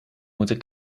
moeten